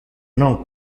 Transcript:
non